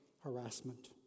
harassment